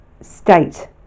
state